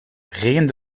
regent